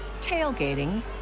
tailgating